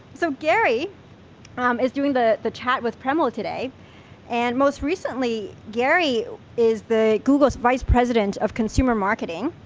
so gary um is doing the the chat with premal today and most recently gary is the, googleis vice president of consumer marketing.